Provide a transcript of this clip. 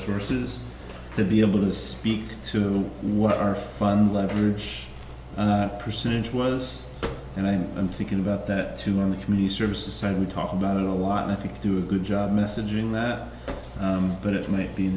sources to be able to speak to what our fund leverage percentage was and i've been thinking about that too in the community service and we talk about it a lot and i think you do a good job messaging that but it might be